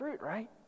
right